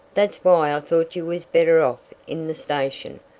that's why i thought you was better off in the station,